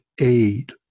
aid